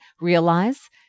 realize